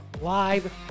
live